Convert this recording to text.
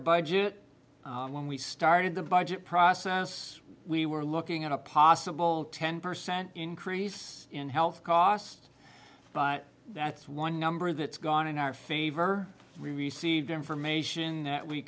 budget when we started the budget process we were looking at a possible ten percent increase in health cost but that's one number that's gone in our favor received information that we